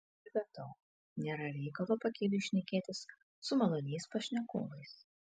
ir be to nėra reikalo pakeliui šnekėtis su maloniais pašnekovais